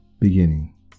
beginning